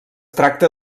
tracta